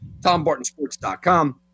TomBartonSports.com